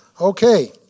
Okay